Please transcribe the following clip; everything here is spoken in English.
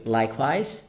likewise